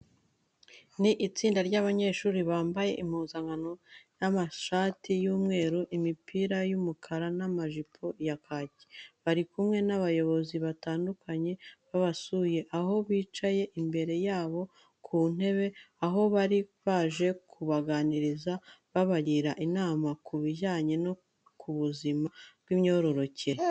Ni itsinda ry'abanyeshuri bambaye impuzankano y'amashati y'umweru, imipira y'umukara n'amajipo ya kake. Bari kumwe n'abayobozi batandukanye babasuye, aho bicaye imbere yabo ku ntebe, aho bari baje kubaganiriza babagira inama ku bijyanye no ku buzima bw'imyororokere.